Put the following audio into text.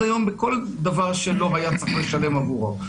היום בכל דבר שלא היה צריך לשלם עבורו.